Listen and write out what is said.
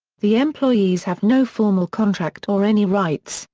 the employees have no formal contract or any rights,